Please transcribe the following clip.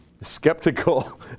skeptical